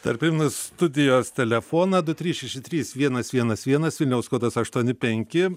dar primenu studijos telefoną du trys šeši trys vienas vienas vienas vilniaus kodas aštuoni penki